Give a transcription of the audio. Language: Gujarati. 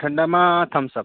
ઠંડામાં થમ્પશપ